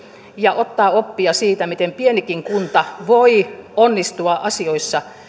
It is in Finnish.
ja ottaa oppia siitä miten pienikin kunta voi onnistua asioissa